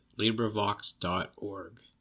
LibriVox.org